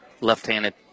left-handed